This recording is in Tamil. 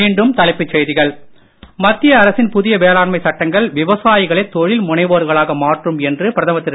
மீண்டும் தலைப்புச் செய்திகள் மத்திய அரசின் புதிய வேளாண்மைச் சட்டங்கள் விவசாயிகளை தொழில்முனைவோர்களாக மாற்றும் என்று பிரதமர் திரு